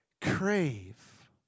Crave